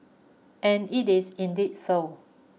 and it is indeed so